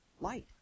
light